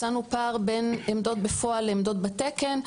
מצאנו פער בין עמדות בפועל לעמדות בתקן,